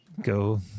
go